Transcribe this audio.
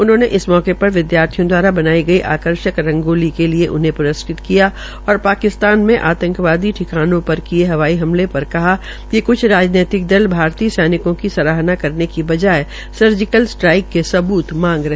उन्होंने इस मौके पर विद्यार्थियों दवारा बनाई गई आर्कषक रंगोली के लिये उन्हे प्रस्कृत किया और पाकिस्तान मे आंतकी ठिकानों पर किये हवाई हमले पर कहा िक क्छ राजनीतिक दल भारतीय सैनिकों की सराहना करने के बजाय सर्जिकल स्ट्राईक के सब्त मांग रहे है